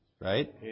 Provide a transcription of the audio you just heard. right